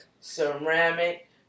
ceramic